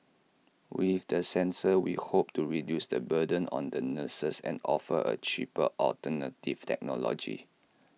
with the sensor we hope to reduce the burden on the nurses and offer A cheaper alternative technology